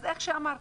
אז כמו שאמרת,